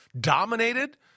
Dominated